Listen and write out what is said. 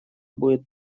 будет